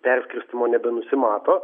perskirstymo nebenusimato